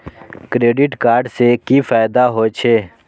Credit card से कि फायदा होय छे?